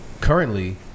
currently